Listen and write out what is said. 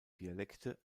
dialekte